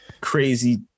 Crazy